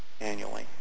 annually